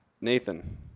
Nathan